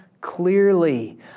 clearly